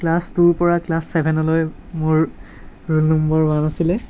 class টুৰ পৰা class ছেভেনলৈ মোৰ ৰোল নম্বৰ ৱান আছিলে